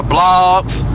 Blogs